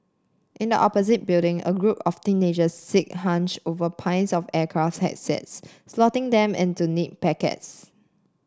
in the opposite building a group of teenager sit hunched over piles of aircraft headsets slotting them into neat packets